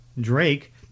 Drake